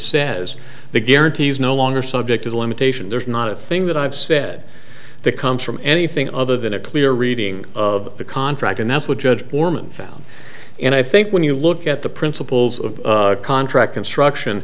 says the guarantee is no longer subject to the limitation there's not a thing that i've said that comes from anything other than a clear reading of the contract and that's what judge bormann found and i think when you look at the principles of contract construction